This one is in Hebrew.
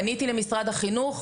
אז פניתי למשרד החינוך,